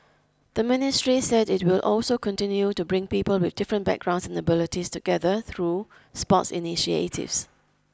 the ministry said it will also continue to bring people with different backgrounds and abilities together through sports initiatives